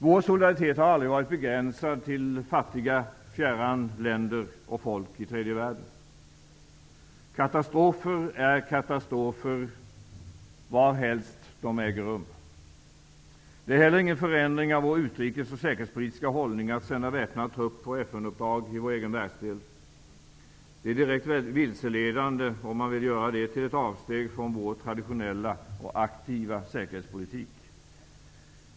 Vår solidaritet har aldrig varit begränsad till fattiga fjärran länder och folk i tredje världen. Katastrofer är katastrofer varhelst de äger rum. Det är heller ingen förändring av vår utrikes och säkerhetspolitiska hållning att sända väpnad trupp på FN-uppdrag i vår egen världsdel. Det är direkt vilseledande att göra det till ett avsteg från vår traditionella och aktiva säkerhetspolitik.